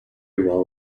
well